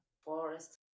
forest